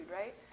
right